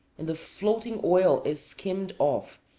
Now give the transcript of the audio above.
and the floating oil is skimmed off,